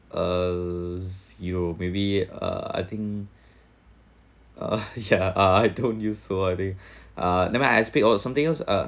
uh you maybe uh I think uh yeah I told you so I think uh never mind I'll speak of something else uh